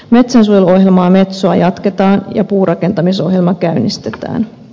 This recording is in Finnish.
metsänsuojeluohjelma metsoa jatketaan ja puurakentamisohjelma käynnistetään